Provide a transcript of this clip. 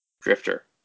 Drifter